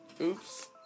Oops